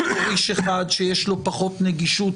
או שיש מוריש אחד שיש לו פחות נגישות